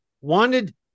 wanted